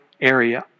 area